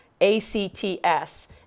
A-C-T-S